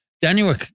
Daniel